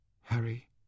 Harry